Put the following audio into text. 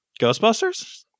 Ghostbusters